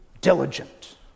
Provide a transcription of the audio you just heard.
diligent